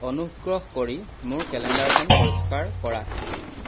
অনুগ্ৰহ কৰি মোৰ কেলেণ্ডাৰখন পৰিষ্কাৰ কৰা